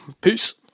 peace